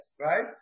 right